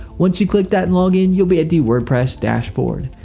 once you click that and log in you will be at the wordpress dashboard.